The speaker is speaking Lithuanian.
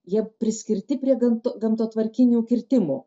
jie priskirti prie gamto gamtatvarkinių kirtimų